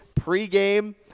pregame